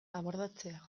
abordatzea